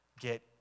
get